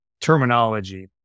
terminology